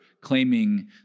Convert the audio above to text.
claiming